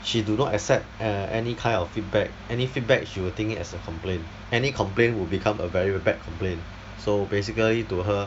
she do not accept uh any kind of feedback any feedback she will take it as a complaint any complaint will become a very bad complaint so basically to her